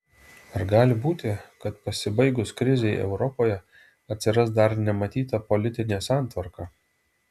ar gali būti kad pasibaigus krizei europoje atsiras dar nematyta politinė santvarka